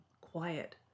quiet